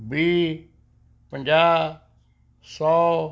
ਵੀਹ ਪੰਜਾਹ ਸੌ